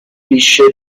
lisce